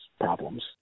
problems